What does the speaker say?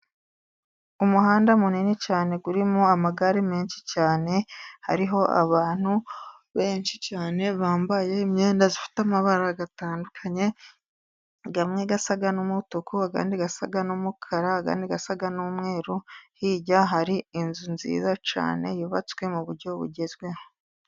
Umuhanda munini cyane urimo amagare menshi cyane hariho abantu benshi cyane bambaye imyenda ifite amabara atandukanye amwe asa n'umutuku, andi asa n'umukara, andi asa n'umweru. Hirya hari inzu nziza cyane yubatswe mu buryo bugezweho.